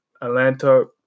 Atlanta